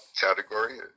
category